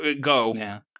go